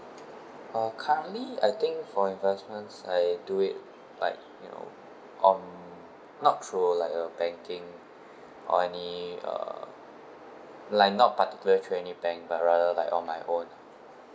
uh currently I think for investments I do it like you know um not through like a banking or any uh like not particular through any bank but rather like on my own